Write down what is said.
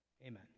Amen